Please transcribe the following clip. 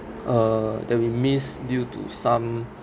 uh that we missed due to some